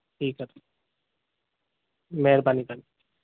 ठीकु आहे महिरबानी तव्हांजी